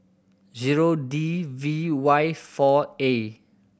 zero D V Y four A